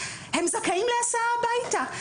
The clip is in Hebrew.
הם זכאים להסעה הביתה.